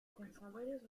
pensadores